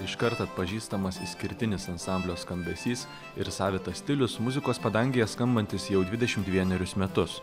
iškart atpažįstamas išskirtinis ansamblio skambesys ir savitas stilius muzikos padangėje skambantis jau dvidešimt vienerius metus